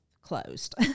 closed